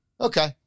Okay